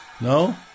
No